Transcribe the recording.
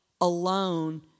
alone